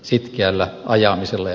arvoisa puhemies